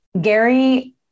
Gary